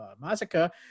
massacre